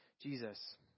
Jesus